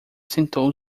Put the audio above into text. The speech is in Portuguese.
sentou